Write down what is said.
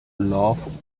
laugh